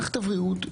מערכת הבריאות,